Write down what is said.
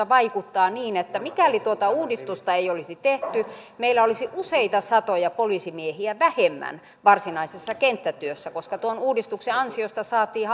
vaikuttaa niin että mikäli tuota uudistusta ei olisi tehty meillä olisi useita satoja poliisimiehiä vähemmän varsinaisessa kenttätyössä koska tuon uudistuksen ansiosta saatiin